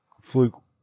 fluke